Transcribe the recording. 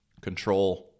control